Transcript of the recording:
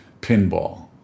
pinball